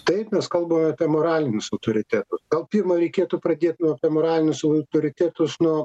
taip mes kalbame apie moralinius autoritetus gal pirma reikėtų pradėt nuo apie moralinius autoritetus nuo